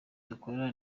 dukora